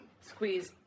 squeeze